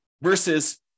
versus